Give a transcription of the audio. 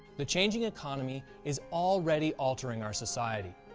the changing economy is already altering our society.